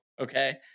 okay